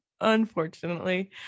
unfortunately